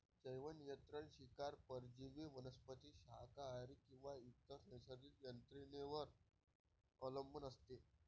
जैवनियंत्रण शिकार परजीवी वनस्पती शाकाहारी किंवा इतर नैसर्गिक यंत्रणेवर अवलंबून असते